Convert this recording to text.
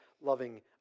loving